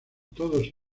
todos